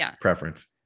preference